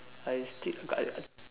I still I